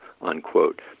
unquote